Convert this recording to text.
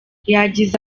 yagize